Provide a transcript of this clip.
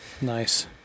Nice